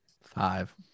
Five